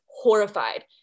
horrified